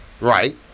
Right